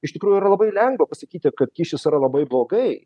iš tikrųjų yra labai lengva pasakyti kad kyšis yra labai blogai